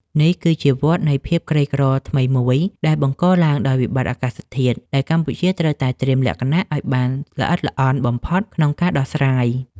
នេះគឺជាវដ្តនៃភាពក្រីក្រថ្មីមួយដែលបង្កឡើងដោយវិបត្តិអាកាសធាតុ ដែលកម្ពុជាត្រូវតែត្រៀមលក្ខណៈឱ្យបានល្អិតល្អន់បំផុតក្នុងការដោះស្រាយ។